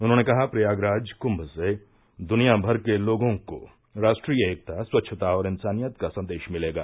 उन्होंने कहा प्रयागराज कुम्म से दुनियामर के लोगों को राष्ट्रीय एकता स्वच्छता और इन्सानियत का संदेश मिलेगा